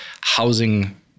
housing